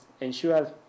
ensure